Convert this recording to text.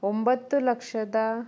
ಒಂಬತ್ತು ಲಕ್ಷದ